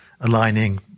aligning